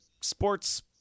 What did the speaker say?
sports